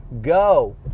Go